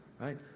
right